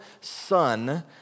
son